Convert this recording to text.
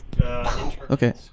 Okay